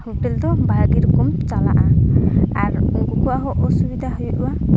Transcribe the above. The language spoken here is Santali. ᱦᱳᱴᱮᱞ ᱫᱚ ᱵᱷᱟᱜᱤ ᱨᱚᱠᱚᱢ ᱪᱟᱞᱟᱜᱼᱟ ᱟᱨ ᱩᱱᱠᱩ ᱠᱚᱣᱟᱜ ᱦᱚᱸ ᱥᱩᱵᱤᱫᱟ ᱦᱩᱭᱩᱜᱼᱟ